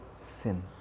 sin